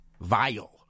vile